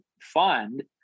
fund